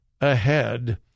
ahead